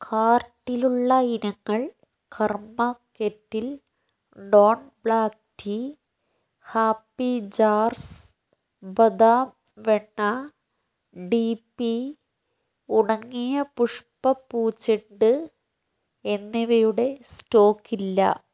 കാർട്ടിലുള്ള ഇനങ്ങൾ Karma kettle Dawn black tea happy jars ബദാം വെണ്ണ ഡി പി ഉണങ്ങിയ പുഷ്പ പൂച്ചെണ്ട് എന്നിവയുടെ സ്റ്റോക്കില്ല